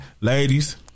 Ladies